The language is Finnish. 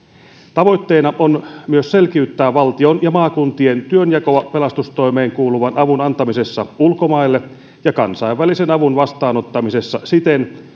tavoitteena on myös selkiyttää valtion ja maakuntien työnjakoa pelastustoimeen kuuluvan avun antamisessa ulkomaille ja kansainvälisen avun vastaanottamisessa siten